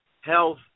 health